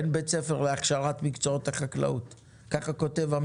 אין בית ספר להוראת מקצועות החקלאות בנגב.